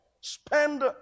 spend